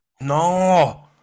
No